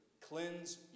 Cleanse